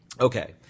Okay